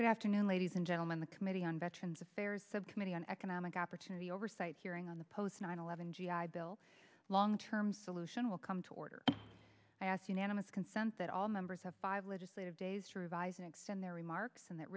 good afternoon ladies and gentlemen the committee on veterans affairs subcommittee on economic opportunity oversight hearing on the post nine eleven g i bill long term solution will come to order and i ask unanimous consent that all members have five legislative days to revise and extend their remarks in that